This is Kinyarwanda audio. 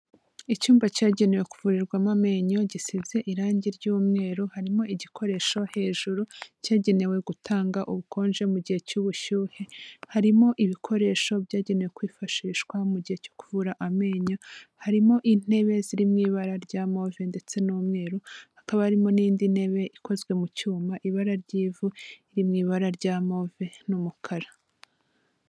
Icyumba cyagenewe kuvurirwamo amenyo, gisize irangi ry'umweru, harimo igikoresho hejuru cyagenewe gutanga ubukonje mu gihe cy'ubushyuhe. Harimo ibikoresho byagenewe kwifashishwa mu gihe cyo kuvura amenyo, harimo intebe ziri mu ibara rya move, ndetse n'umweru, hakaba harimo n'indi ntebe ikozwe mu cyuma, ibara ry'ivu, iri mu ibara rya move n'umukara.